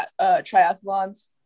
triathlons